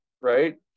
Right